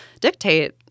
dictate